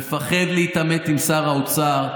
מפחד להתעמת עם שר האוצר,